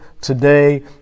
today